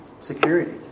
security